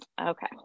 Okay